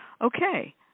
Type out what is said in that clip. Okay